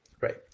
Right